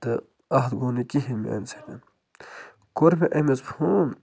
تہٕ اَتھ گوٚو نہٕ کِہیٖنۍ میٛانہِ سۭتۍ کوٚر مےٚ أمِس فون